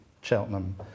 Cheltenham